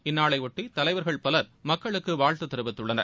இந்நாளையொட்டி தலைவர்கள் பலர் மக்களுக்கு வாழ்த்து தெரிவித்துள்ளனர்